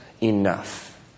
enough